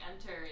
enter